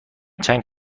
چند